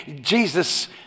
Jesus